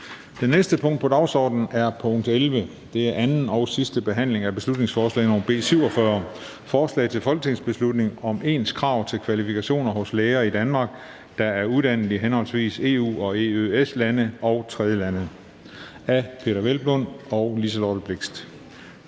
Det næste punkt på dagsordenen er: 11) 2. (sidste) behandling af beslutningsforslag nr. B 47: Forslag til folketingsbeslutning om ens krav til kvalifikationer hos læger i Danmark, der er uddannet i henholdsvis EU-/EØS-lande og tredjelande. Af Peder Hvelplund (EL) og Liselott Blixt